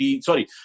Sorry